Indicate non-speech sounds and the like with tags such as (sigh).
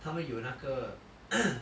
他们有那个 (coughs)